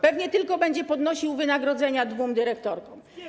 Pewnie tylko będzie podnosił wynagrodzenia dwóm dyrektorkom.